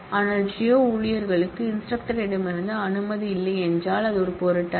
ஆனால் ஜியோ ஊழியர்களுக்கு இன்ஸ்டிரக்டர்ரிடம் அனுமதி இல்லையென்றால் அது ஒரு பொருட்டல்ல